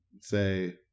say